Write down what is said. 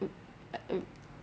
it ah it